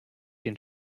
den